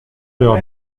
leurs